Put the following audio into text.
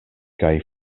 kaj